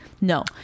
No